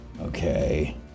Okay